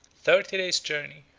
thirty days' journey,